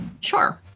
Sure